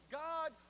god